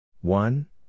One